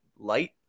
light